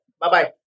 Bye-bye